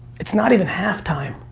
it's not even half time.